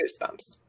goosebumps